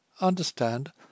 Understand